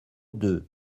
deux